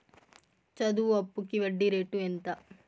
చదువు అప్పుకి వడ్డీ రేటు ఎంత?